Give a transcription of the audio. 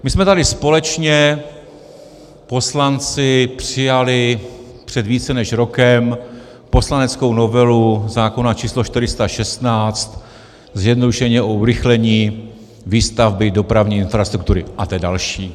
My jsme tady společně, poslanci, přijali před více než rokem poslaneckou novelu zákona číslo 416, zjednodušeně, o urychlení výstavby dopravní infrastruktury a té další.